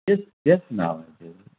तेच तेच नाव आहे ते